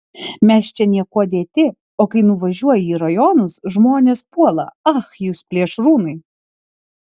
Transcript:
mes čia niekuo dėti o kai nuvažiuoji į rajonus žmonės puola ach jūs plėšrūnai